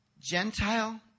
Gentile